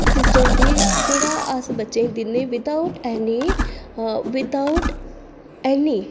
system दी जेह्ड़ा अस बच्चें गी दिन्ने विद आऊट विद आऊट ऐन्नी